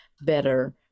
better